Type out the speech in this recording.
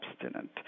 abstinent